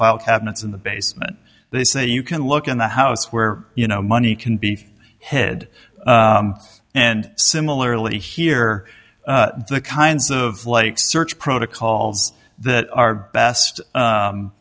file cabinets in the basement they say you can look in the house where you know money can be head and similarly here the kinds of lake search protocols that are best u